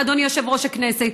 אדוני יושב-ראש הכנסת.